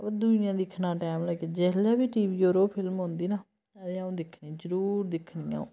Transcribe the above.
ओह् दुइयां दिक्खने दा टैम जेल्लै बी टी वी पर ओह् फिल्म औंदी न आं ते अ'ऊं दिक्खनी जरूर दिक्खनी अ'ऊं